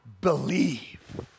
believe